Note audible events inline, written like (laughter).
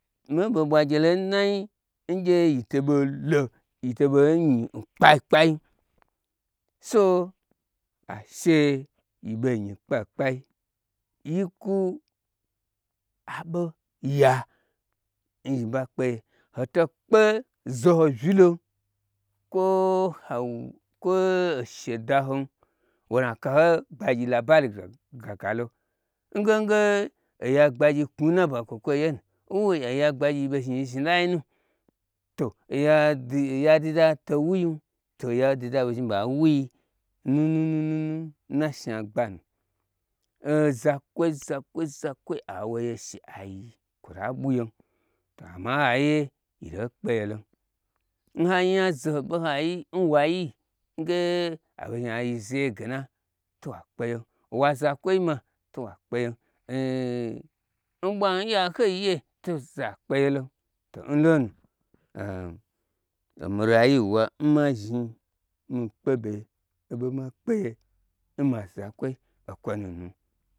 Mii ɓo ɓwa gyelo n nai ngye yito bolo yi to ɓei nyi n kpai kpai so ashe yi ɓei nyi n kpai kpai yi kwu aɓo ya n yiɓa kpeye hoto kpe zoho vyilo kwo (unintelligible) kwo oshe dahom wonu akaho gbagyi laba ligaga nge oya gbagyi knwu n naɓa kwo kwoi yenu, oya gbagyi yi ɓei zhni yi zhni lai nu, to oya duda towuyi to oya duda ɓei zhni ɓei wuyi (hesitation) nna shna gbanu ozakwoi awoye shi aiyi kwota ɓwu yem to amma n hariye yitei kpeye lon nhanya zohoɓo n haiyi n wayi nge aɓe zhni aiyi zeye gena towa kpeyem owo azakwoi ma to wa kpeyem (hesitation) ɓwa hni n yahoiye to za kpeyelon to nlonu omi rayuwa n ma zhni mi kpeɓe oɓo ma kpeye n ma zakwoi okwonunu